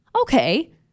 Okay